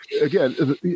again